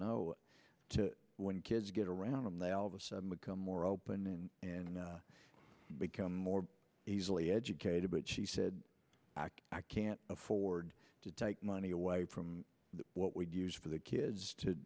know when kids get around and they all of a sudden become more open and become more easily educated but she said i can't afford to take money away from what we do use for the kids to